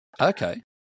Okay